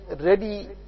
ready